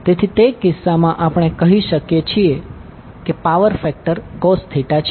તેથી તે કિસ્સામાં આપણે કહી શકીએ કે પાવર ફેક્ટર cos છે